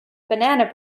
banana